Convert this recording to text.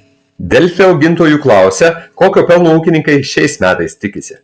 delfi augintojų klausia kokio pelno ūkininkai šiais metais tikisi